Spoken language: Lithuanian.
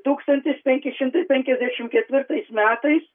tūkstantis penki šimtai penkiasdešim ketvirtais metais